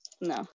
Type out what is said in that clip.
No